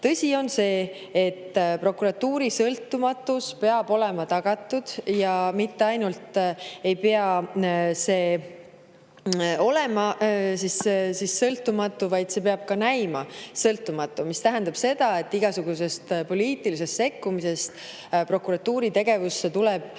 Tõsi on see, et prokuratuuri sõltumatus peab olema tagatud, ja see mitte ainult ei pea olema sõltumatu, vaid see peab ka näima sõltumatu, mis tähendab seda, et igasugusest poliitilisest sekkumisest prokuratuuri tegevusse tuleb